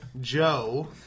Joe